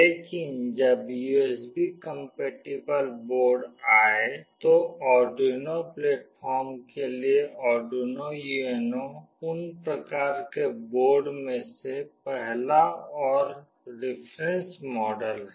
लेकिन जब USB compatible board आए तो आर्डुइनो प्लेटफ़ॉर्म के लिए आर्डुइनो UNO उन प्रकार के बोर्ड में से पहला और रिफरेन्स मॉडल है